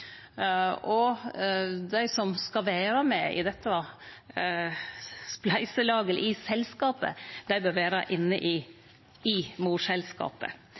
og dei som skal vere med i dette spleiselaget, eller i selskapet, bør vere inne i morselskapet.